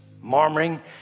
murmuring